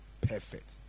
Perfect